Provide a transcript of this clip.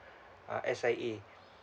uh S_I_A